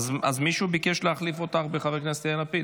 אז מישהו ביקש להחליף אותך בחבר הכנסת יאיר לפיד.